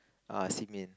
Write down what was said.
err cement